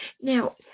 Now